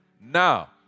now